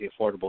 Affordable